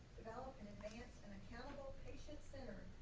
develop and advance an accountable patient center,